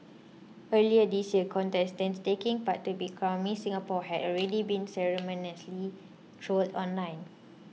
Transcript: earlier this year contestants taking part to be crowned Miss Singapore had already been ceremoniously trolled online